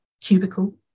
cubicle